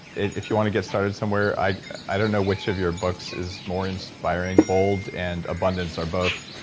if you want to get started somewhere i i don't know which of your books is more inspiring. bold and abundance are both.